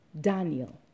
Daniel